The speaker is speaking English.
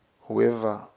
Whoever